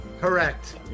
correct